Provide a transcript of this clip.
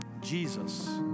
Jesus